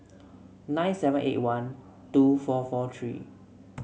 nine seven eight one two four four three